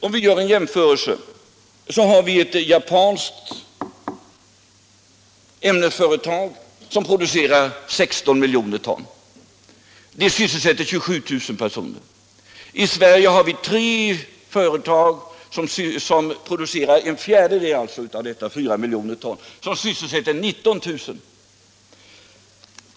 Om vi gör en jämförelse mellan en svensk och en japansk ämnesindustri visar det sig att ett japanskt företag som producerar 16 miljoner ton sysselsätter 27 000 personer. I Sverige har vi tre företag som producerar en fjärdedel av deita, dvs. 4 miljoner ton. Ett sådant företag sysselsätter 19 000 personer.